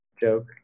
joke